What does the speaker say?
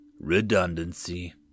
redundancy